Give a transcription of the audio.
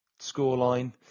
scoreline